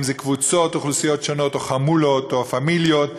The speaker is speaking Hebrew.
אם קבוצות אוכלוסייה שונות או חמולות או הפמיליות.